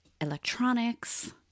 electronics